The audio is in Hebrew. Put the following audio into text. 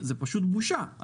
זה פשוט בושה.